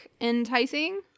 enticing